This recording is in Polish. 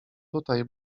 tutaj